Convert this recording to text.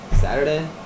Saturday